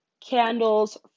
candles